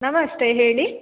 ನಮಸ್ತೆ ಹೇಳಿ